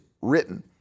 written